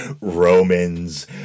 Romans